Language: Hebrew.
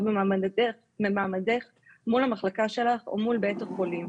במעמדך מול המחלקה שלך או מול בית החולים.